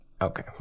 okay